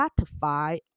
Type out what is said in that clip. Spotify